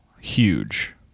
huge